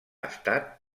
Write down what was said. estat